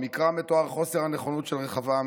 במקרא מתואר חוסר הנכונות של רחבעם